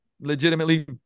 legitimately